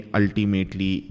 ultimately